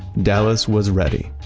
dallas was ready.